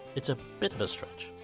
it's a bit of a stretch,